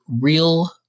real